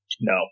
No